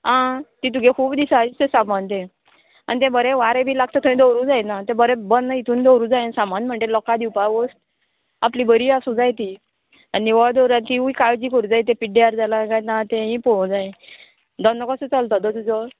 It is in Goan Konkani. आं ती तुगे खूब दिसां दिसता सामान तें आनी तें बरें वारें बी लागता थंय दवरूं जायना तें बरें बंद हितून दवरूं जाय सामान म्हणटगीर लोकां दिवपाक वस्त आपली बरी आसूं जायी ती आनी निवळ दवरात तिवूय काळजी करूं जाय ते पिड्ड्यार जाला काय ना तेंयी पोवूं जाय धंनो कसो चलतो तर तुजो